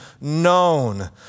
known